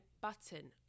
button